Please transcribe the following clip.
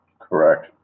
Correct